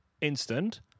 instant